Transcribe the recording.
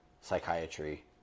psychiatry